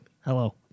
Hello